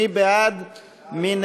מרב מיכאלי,